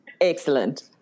Excellent